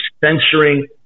censoring